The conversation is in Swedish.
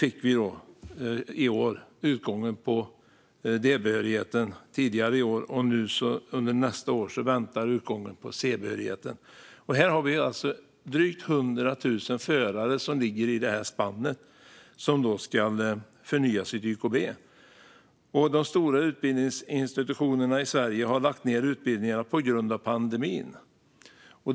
I år och nästa går de ut för D respektive C-behörigheten. Det handlar om drygt 100 000 förare som ligger i detta spann och som ska förnya sitt YKB, men de stora utbildningsinstitutionerna i Sverige har lagt ned utbildningarna på grund av pandemin.